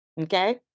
Okay